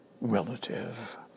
relative